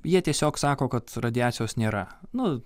jie tiesiog sako kad radiacijos nėra nu